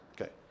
okay